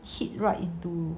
hit right into